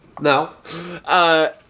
No